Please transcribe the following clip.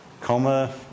Coma